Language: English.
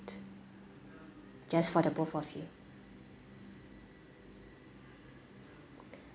just for the both of you